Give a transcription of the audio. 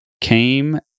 came